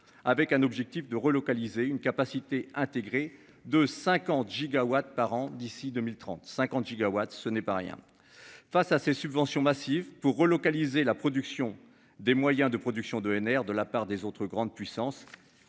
avec un objectif de relocaliser une capacité intégrée de 50 gigawatts par an d'ici 2030 50 gigawatts. Ce n'est pas rien. Face à ces subventions massives pour relocaliser la production des moyens de production d'ENR de la part des autres grandes puissances.